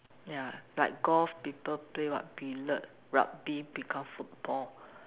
ya like golf people play what billiard rugby become football